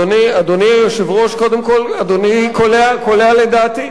אדוני היושב-ראש, קודם כול, אדוני קולע לדעתי.